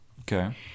Okay